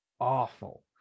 awful